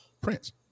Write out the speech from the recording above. Prince